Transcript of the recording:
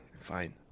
fine